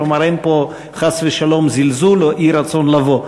כלומר, אין פה חס ושלום זלזול או אי-רצון לבוא.